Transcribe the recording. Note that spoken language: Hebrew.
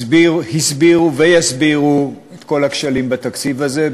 הסבירו ויסבירו את כל הכשלים בתקציב הזה,